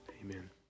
amen